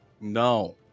no